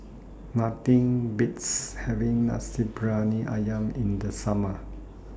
Nothing Beats having Nasi Briyani Ayam in The Summer